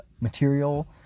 material